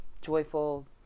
joyful